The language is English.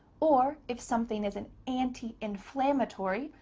or if something is an anti-inflammatory,